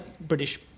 British